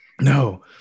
No